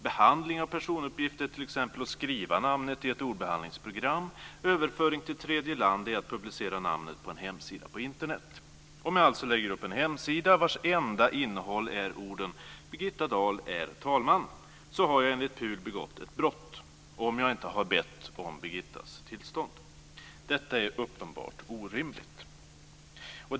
Behandling av personuppgifter är t.ex. att skriva namnet i ett ordbehandlingsprogram. Överföring till tredje land är att publicera namnet på en hemsida på Internet. Om jag alltså lägger upp en hemsida vars enda innehåll är orden: Birgitta Dahl är talman, har jag enligt PUL begått ett brott, om jag inte har bett om Birgittas tillstånd. Detta är uppenbart orimligt.